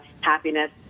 happiness